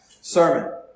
sermon